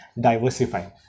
diversify